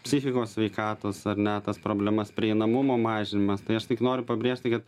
psichikos sveikatos ar ne tas problemas prieinamumo mažinimas tai aš tik noriu pabrėžti kad